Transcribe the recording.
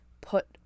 put